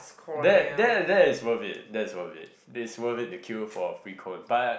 that that that is worth it that is worth it that is worth it to queue for free cone but